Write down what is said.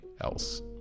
else